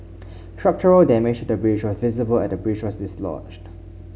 structural damage the bridge was visible as the bridge was dislodged